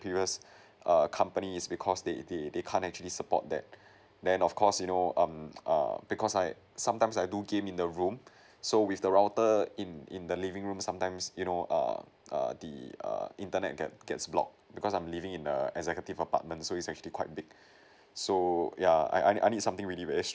previous err company it's because they they they can't actually support that then of course you know um err because I sometimes I do game in the room so with the router in in the living room sometimes you know err err the err internet gets blocked because I'm living in a executive apartment so it's actually quite big so yeah I I need I need something really strong